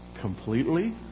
completely